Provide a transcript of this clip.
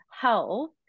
health